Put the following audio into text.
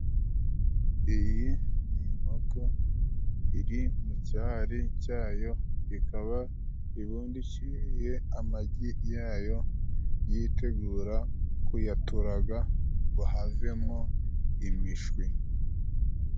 Iyi ni inkoko iri mu cyari cyayo, ikaba ibundikiriye amagi yayo, yitegura kuyaturaga ngo havemo imishwi.